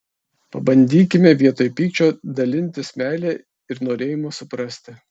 pabandykime vietoj pykčio dalintis meile ir norėjimu suprasti